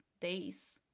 days